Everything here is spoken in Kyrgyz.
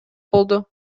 болду